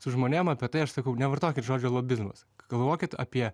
su žmonėm apie tai aš sakau nevartokit žodžio lobizmas galvokit apie